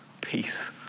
peace